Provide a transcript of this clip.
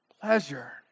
pleasure